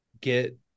get